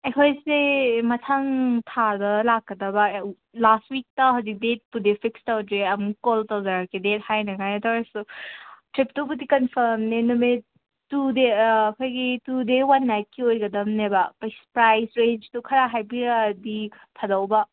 ꯑꯩꯈꯣꯏꯁꯦ ꯃꯊꯪ ꯊꯥꯗ ꯂꯥꯛꯀꯗꯕ ꯂꯥꯁ ꯋꯤꯛꯇ ꯍꯧꯖꯤꯛ ꯗꯦꯠꯄꯨꯗꯤ ꯐꯤꯛꯁ ꯇꯧꯗ꯭ꯔꯤ ꯑꯃꯨꯛ ꯀꯣꯜ ꯇꯧꯖꯔꯛꯀꯦ ꯗꯦꯠ ꯍꯥꯏꯅꯉꯥꯏꯗ ꯑꯣꯏꯔꯁꯨ ꯇ꯭ꯔꯤꯞꯇꯨꯕꯨꯗꯤ ꯀꯟꯐꯥꯝꯅꯦ ꯅꯨꯃꯤꯠ ꯇꯨ ꯗꯦ ꯑꯩꯈꯣꯏꯒꯤ ꯇꯨ ꯗꯦ ꯋꯥꯟ ꯅꯥꯏꯠꯀꯤ ꯑꯣꯏꯒꯗꯕꯅꯦꯕ ꯄ꯭ꯔꯥꯏꯖ ꯔꯦꯟꯖꯇꯨ ꯈꯔ ꯍꯥꯏꯕꯤꯔꯛꯑꯗꯤ ꯐꯗꯧꯕ